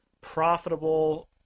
profitable